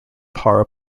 para